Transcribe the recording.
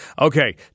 Okay